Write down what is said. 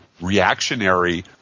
reactionary